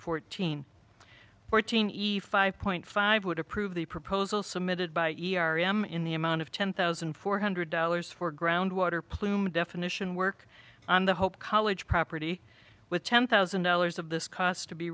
fourteen fourteen point five would approve the proposal submitted by e r m in the amount of ten thousand four hundred dollars for groundwater plume definition work on the hope college property with ten thousand dollars of this cost to be